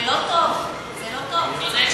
זה לא טוב, זה לא טוב, צודקת.